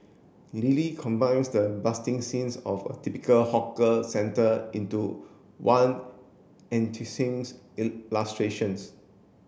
Lily combines the busting scenes of a typical hawker centre into one